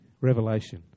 revelation